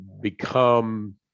become